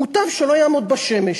מוטב שלא יעמוד בשמש.